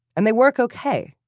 and they work okay.